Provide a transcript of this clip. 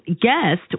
guest